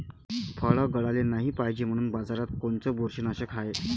फळं गळाले नाही पायजे म्हनून बाजारात कोनचं बुरशीनाशक हाय?